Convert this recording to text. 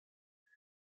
mont